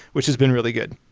which has been really good.